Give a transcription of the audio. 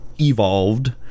evolved